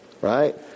Right